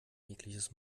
jegliches